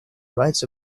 rights